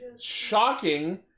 shocking